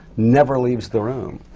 never leaves the room.